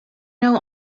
know